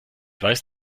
weiß